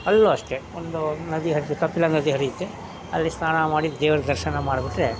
ಅಲ್ಲೂ ಅಷ್ಟೇ ಒಂದು ನದಿ ಹರೀತದೆ ಕಪಿಲ ನದಿ ಹರಿಯುತ್ತೆ ಅಲ್ಲಿ ಸ್ನಾನ ಮಾಡಿ ದೇವ್ರ ದರ್ಶನ ಮಾಡಿಬಿಟ್ರೆ